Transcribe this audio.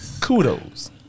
Kudos